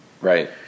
Right